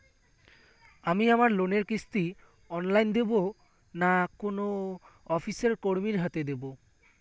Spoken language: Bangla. আমি আমার লোনের কিস্তি অনলাইন দেবো না কোনো অফিসের কর্মীর হাতে দেবো?